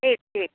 ठीक ठीक